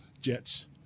Jets